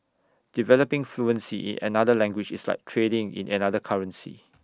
developing fluency in another language is like trading in another currency